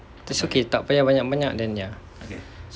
it's okay tak payah banyak-banyak then ya